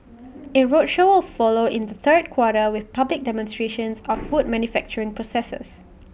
A roadshow will follow in the third quarter with public demonstrations of food manufacturing processes